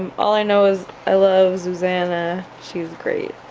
um all i know is i love zuzana, she's great,